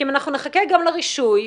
אם אנחנו נחכה לרישוי,